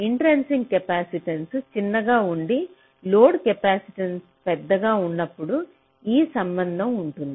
intrinsic capacitance చిన్నగా ఉండి load capacitance పెద్దగా ఉన్నప్పుడు ఈ సంబంధం ఉంటుంది